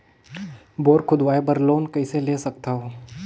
Bore खोदवाय बर loan कइसे ले सकथव?